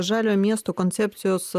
žalio miesto koncepcijos